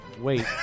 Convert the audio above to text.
Wait